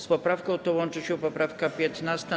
Z poprawką tą łączy się poprawka 15.